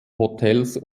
hotels